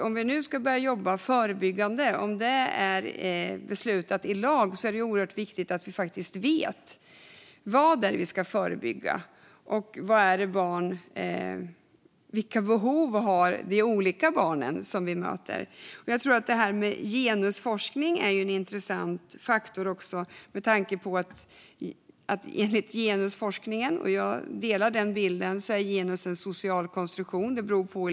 Om vi ska börja jobba förebyggande och det är beslutat i lag är det oerhört viktigt att vi vet vad det är vi ska förebygga och vilka behov de olika barn som vi möter har. Genusforskning är en intressant faktor med tanke på att genusforskningen menar att genus är en social konstruktion, och jag delar den bilden.